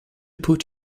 put